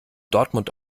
dortmund